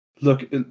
Look